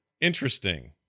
Interesting